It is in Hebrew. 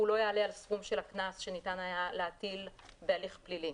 לא יעלה על הסכום של הקנס שניתן היה להטיל בהליך פלילי.